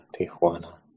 Tijuana